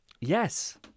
Yes